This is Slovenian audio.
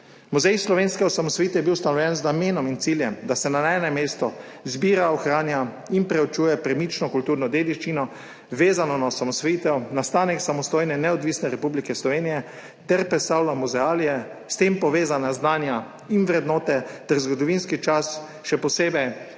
Muzej slovenske osamosvojitve je bil ustanovljen z namenom in ciljem, da se na enem mestu zbira, ohranja in preučuje premično kulturno dediščino, vezano na osamosvojitev, nastanek samostojne in neodvisne Republike Slovenije ter predstavlja muzealije, s tem povezana znanja in vrednote ter zgodovinski čas, še posebej